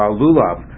lulav